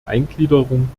eingliederung